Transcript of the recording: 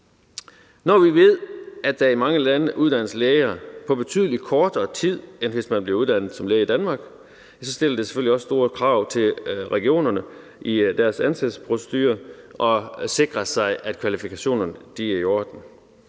Når vi ved, at der i mange lande uddannes læger på betydelig kortere tid, end hvis man bliver uddannet som læge i Danmark, stiller det selvfølgelig også store krav til regionerne i deres ansættelsesprocedure at sikre sig, at kvalifikationerne er i orden.